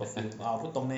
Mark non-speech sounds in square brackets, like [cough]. [laughs]